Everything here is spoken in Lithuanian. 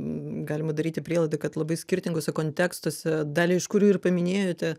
galima daryti prielaidą kad labai skirtinguose kontekstuose dalį iš kurių ir paminėjote